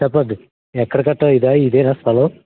చెప్పండి ఎక్కడ కట్టాలి ఇదా ఇదే నా స్థలం